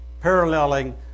paralleling